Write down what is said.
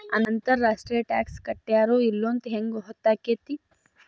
ಅಂತರ್ ರಾಷ್ಟ್ರೇಯ ಟಾಕ್ಸ್ ಕಟ್ಟ್ಯಾರೋ ಇಲ್ಲೊಂತ್ ಹೆಂಗ್ ಹೊತ್ತಾಕ್ಕೇತಿ?